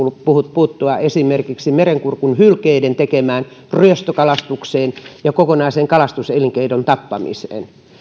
puuttua esimerkiksi merenkurkun hylkeiden tekemään ryöstökalastukseen ja kokonaisen kalastuselinkeinon tappamiseen